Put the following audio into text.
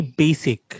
basic